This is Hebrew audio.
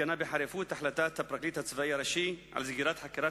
2. הכנסת מגנה בחריפות את החלטת הפרקליט הצבאי הראשי על סגירת חקירת